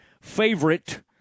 favorite